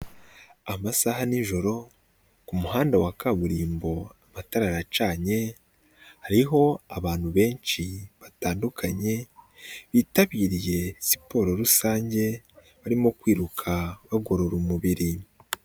Amasaha nijoro ku muhanda wa kaburimbo amatara aracanye hariho abantu benshi batandukanye bitabiriye siporo rusange, barimo kwiruka bagorora umubiri.